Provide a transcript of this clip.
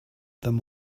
them